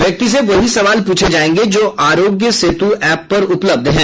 व्यक्ति से वही सवाल पूछे जाएंगे जो आरोग्य सेतु ऐप पर उपलब्ध हैं